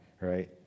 right